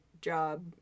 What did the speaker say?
job